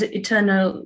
eternal